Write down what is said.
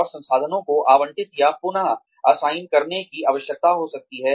और संसाधनों को आवंटित या पुन असाइन करने की आवश्यकता हो सकती है